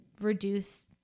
reduce